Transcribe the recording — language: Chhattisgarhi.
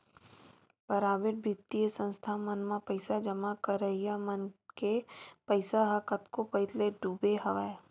पराबेट बित्तीय संस्था मन म पइसा जमा करइया मन के पइसा ह कतको पइत ले डूबे हवय